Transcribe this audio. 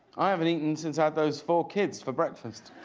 i haven't eaten since i had those four kids for breakfast.